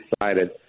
excited